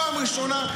פעם ראשונה,